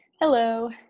Hello